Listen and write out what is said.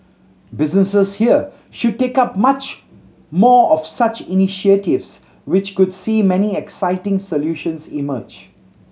businesses here should take up much more of such initiatives which could see many exciting solutions emerge